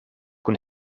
kun